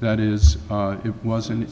that is it was in